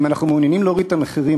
אם אנחנו מעוניינים להוריד את המחירים,